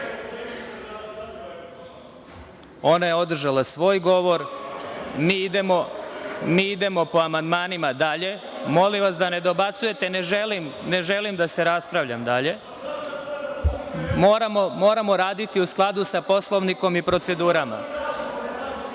je održala svoj govor. Mi idemo po amandmanima dalje. Molim vas da ne dobacujete. Ne želim da se raspravljam dalje. Moramo raditi u skladu sa Poslovnikom i procedurama.(Boško